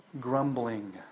grumbling